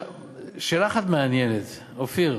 שאלה אחת מעניינית, אופיר: